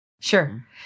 Sure